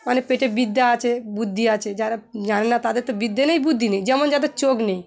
মানে পেটে বিদ্যা আছে বুদ্ধি আছে যারা জানে না তাদের তো বিদ্যা নেই বুদ্ধি নেই যেমন যাদের চোখ নেই